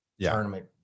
tournament